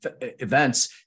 events